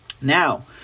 Now